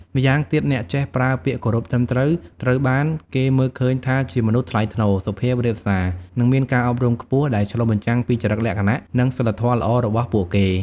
ម្យ៉ាងទៀត អ្នកចេះប្រើពាក្យគោរពត្រឹមត្រូវ ត្រូវបានគេមើលឃើញថាជាមនុស្សថ្លៃថ្នូរ សុភាពរាបសា និងមានការអប់រំខ្ពស់ ដែលឆ្លុះបញ្ចាំងពីចរិតលក្ខណៈនិងសីលធម៌ល្អរបស់ពួកគេ។